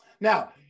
Now